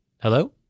Hello